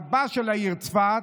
רבה של העיר צפת,